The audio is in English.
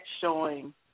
showing